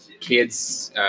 kids